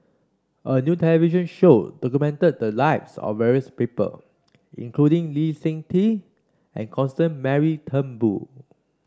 a new television show documented the lives of various people including Lee Seng Tee and Constance Mary Turnbull